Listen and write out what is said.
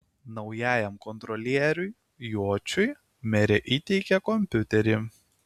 naujajam kontrolieriui juočiui merė įteikė kompiuterį